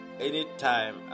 Anytime